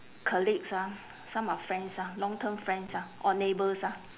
colleagues ah some are friends ah long term friends ah or neighbours ah